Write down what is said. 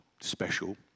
special